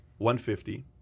150